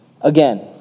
Again